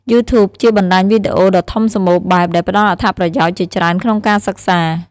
យូធូប ជាបណ្តាញវីដេអូដ៏ធំសម្បូរបែប ដែលផ្តល់អត្ថប្រយោជន៍ជាច្រើនក្នុងការសិក្សា។